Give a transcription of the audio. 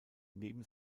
neben